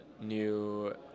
new